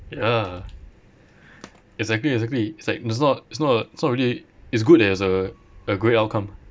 yeah exactly exactly like it's not it's not a it's not really it's good that it has a a great outcome